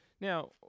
Now